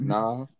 Nah